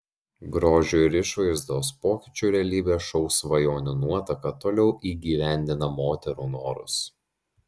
grožio ir išvaizdos pokyčių realybės šou svajonių nuotaka toliau įgyvendina moterų norus